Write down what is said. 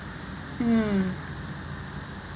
mm